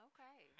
Okay